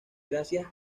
gracias